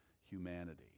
humanity